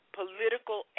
political